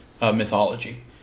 mythology